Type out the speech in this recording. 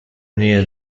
near